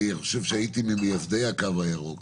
אני חושב שהייתי ממייסדי התו הירוק.